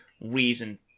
reason